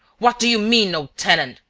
what do you mean no tenant?